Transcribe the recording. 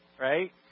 Right